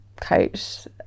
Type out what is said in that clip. coach